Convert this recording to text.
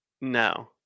No